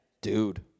dude